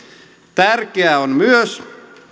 tärkeää on myös